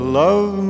love